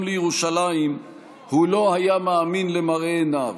לירושלים הוא לא היה מאמין למראה עיניו.